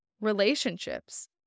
relationships